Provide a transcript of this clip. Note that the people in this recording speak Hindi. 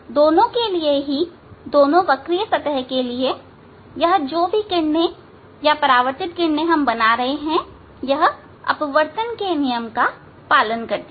दोनों ही के लिए दोनों वक्रीय सतह के लिए यह जो भी किरणें परावर्तित किरणें हम बना रहे हैं यह अपवर्तन के नियम का पालन करती हैं